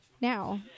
now